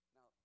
Now